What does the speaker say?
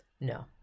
No